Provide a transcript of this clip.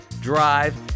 drive